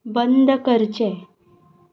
बंद करचें